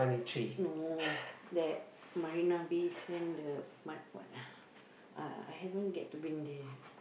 no that Marina-Bay-Sands the what ah I haven't get to been there